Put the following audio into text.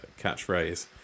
catchphrase